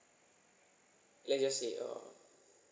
let's just say ah